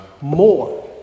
more